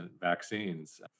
vaccines